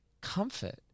comfort